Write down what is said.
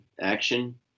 action